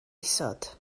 isod